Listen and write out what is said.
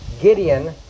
Gideon